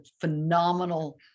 phenomenal